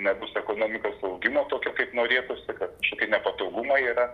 nebus ekonomikos augimo tokio kaip norėtųsi kad šitie nepatogumai yra